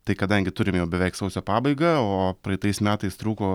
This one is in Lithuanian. tai kadangi turim jau beveik sausio pabaigą o praeitais metais trūko